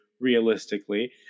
realistically